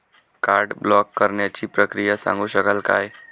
Card block करण्याची प्रक्रिया सांगू शकाल काय?